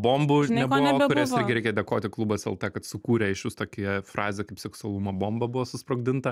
bombų nebuvo kurias irgi reikia dėkoti klubas eltė kad sukūrė išvis tokį frazę kaip seksualumo bomba buvo susprogdinta